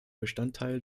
bestandteil